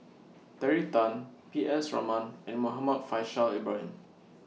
Terry Tan P S Raman and Muhammad Faishal Ibrahim